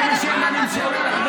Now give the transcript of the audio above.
אני עונה בשם הממשלה.